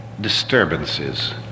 disturbances